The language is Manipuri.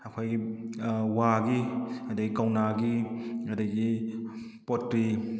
ꯑꯩꯈꯣꯏꯒꯤ ꯋꯥꯒꯤ ꯑꯗꯨꯗꯒꯤ ꯀꯧꯅꯥꯒꯤ ꯑꯗꯨꯗꯒꯤ ꯄꯣꯠꯇ꯭ꯔꯤ